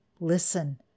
listen